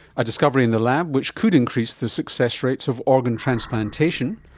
a discovery in the lab which could increase the success rates of organ transplantation.